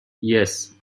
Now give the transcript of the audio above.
yes